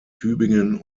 tübingen